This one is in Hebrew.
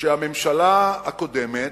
שהממשלה הקודמת,